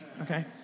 okay